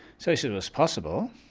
so he said well it's possible.